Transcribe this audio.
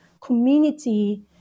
community